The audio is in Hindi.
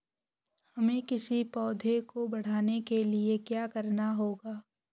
हमें किसी पौधे को बढ़ाने के लिये क्या करना होगा?